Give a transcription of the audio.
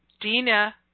Dina